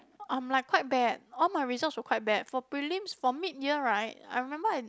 I'm like quite bad all my results were quite bad for prelims for mid year right I remember I